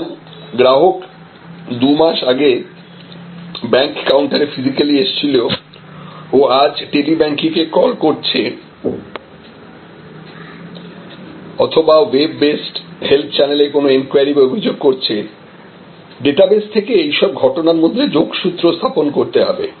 সুতরাং গ্রাহক দুই মাস আগে ব্যাংক কাউন্টারে ফিজিক্যালি এসেছিল ও আজ টেলি ব্যাংকিং এ কল করছে অথবা ওয়েব বেসড হেল্প চ্যানেলে কোন এনকোয়ারি বা অভিযোগ করছে ডেটাবেস থেকে এইসব ঘটনার মধ্যে যোগসূত্র স্থাপন করতে হবে